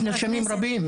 יש נרשמים רבים,